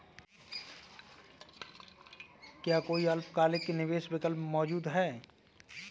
क्या कोई अल्पकालिक निवेश विकल्प मौजूद है?